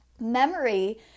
memory